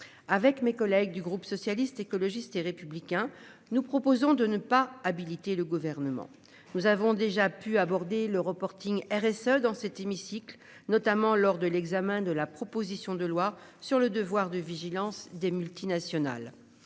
Avec mes collègues du groupe socialiste, écologiste et républicain. Nous proposons de ne pas habilité. Le gouvernement, nous avons déjà pu aborder le reporting RSE dans cet hémicycle, notamment lors de l'examen de la proposition de loi sur le devoir de vigilance des multinationales.